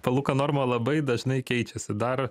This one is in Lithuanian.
palūkanų norma labai dažnai keičiasi dar